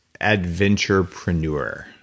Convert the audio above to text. adventurepreneur